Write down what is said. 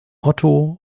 otto